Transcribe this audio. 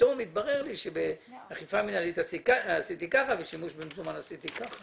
פתאום התברר לי שבאכיפה מינהלית עשיתי כך ובשימוש במזומן עשיתי כך.